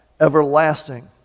everlasting